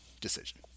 decision